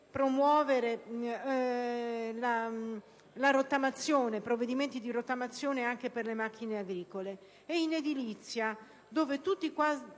promuovere provvedimenti di rottamazione anche per le macchine agricole.